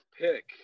pick